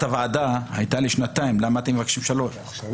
א',